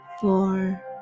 four